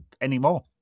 anymore